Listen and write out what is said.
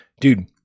dude